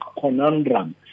conundrum